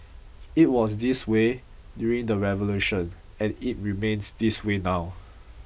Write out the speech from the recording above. it was this way during the revolution and it remains this way now